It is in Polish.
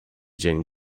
dzień